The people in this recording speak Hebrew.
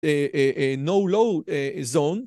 אה, אה, אה, no load, אה, zone.